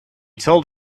told